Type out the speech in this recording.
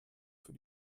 für